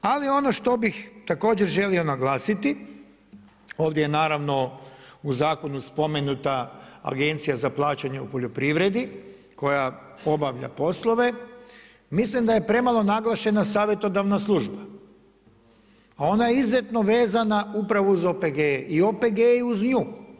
Ali ono što bih također želio naglasiti, ovdje naravno u zakonu spomenuta Agencija za plaćanje u poljoprivredi koja obavlja poslove, mislim da je premalo naglašena savjetodavna služba, a ona je izuzetno vezana upravo uz OPG-e i OPG-i uz nju.